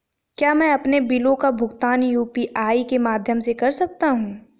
क्या मैं अपने बिलों का भुगतान यू.पी.आई के माध्यम से कर सकता हूँ?